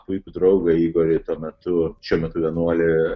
puikų draugą igorį tuo metu šiuo metu vienuolį